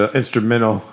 instrumental